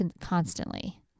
constantly